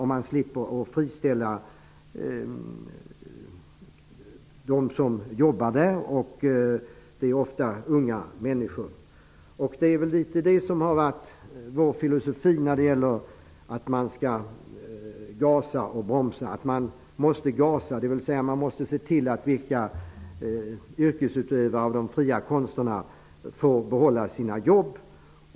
Man slipper friställa folk som jobbar där. Ofta rör det sig om unga människor. Det är väl litet av det som har varit vår filosofi när det gäller detta med att man skall gasa och bromsa. Man måste gasa. Man måste alltså se till att viktiga yrkesutövare av de fria konsterna får behålla sina jobb.